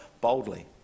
boldly